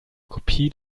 kopie